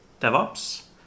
DevOps